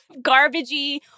garbagey